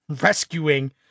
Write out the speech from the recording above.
rescuing